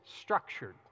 structured